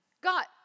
got